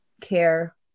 care